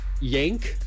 Yank